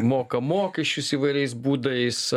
moka mokesčius įvairiais būdais